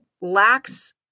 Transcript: lacks